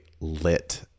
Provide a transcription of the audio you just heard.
lit